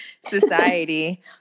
society